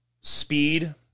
speed